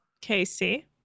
Casey